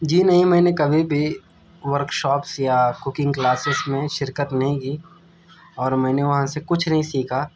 جی نہیں میں نے کبھی بھی ورکشاپس یا کوکنگ کلاسیس میں شرکت نہیں کی اور میں نے وہاں سے کچھ نہیں سیکھا